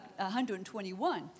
121